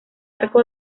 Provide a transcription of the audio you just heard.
arco